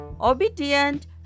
obedient